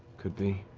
could be.